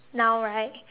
now right